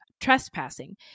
trespassing